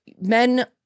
men